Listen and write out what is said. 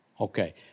Okay